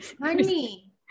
honey